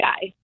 guy